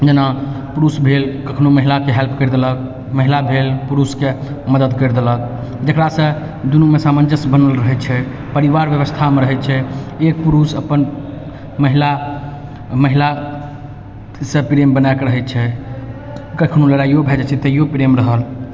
जेना पुरुष भेल कखनो महिलाके हेल्प करि देलक महिला भेल पुरुषके मदति करि देलक जकरासँ दुनूमे सामञ्जस्य बनल रहै छै परिवार व्यवस्थामे रहै छै एक पुरुष अपन महिलासँ प्रेम बनाकऽ रहै छै कखनो लड़ाइओ भऽ जाइ छै तैओ प्रेम रहल